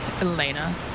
Elena